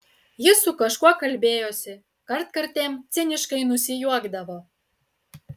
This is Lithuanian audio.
ji su kažkuo kalbėjosi kartkartėm ciniškai nusijuokdavo